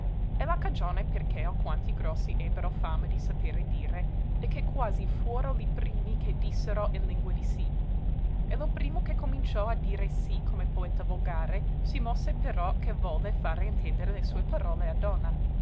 e la cagione per che alquanti grossi ebbero fama di sapere dire è che quasi fuoro li primi che dissero in lingua di sì e lo primo che cominciò a dire sì come poeta volgare si mosse però che volle fare intendere le sue parole a donna